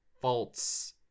false